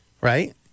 right